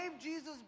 Jesus